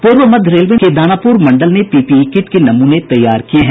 पूर्व मध्य रेलवे के दानापुर मंडल ने पीपीई किट के नमूने तैयार किये हैं